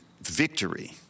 victory